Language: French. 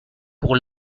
pour